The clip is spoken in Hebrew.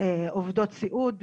עובדות סיעוד,